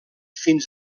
fins